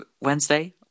wednesday